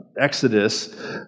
exodus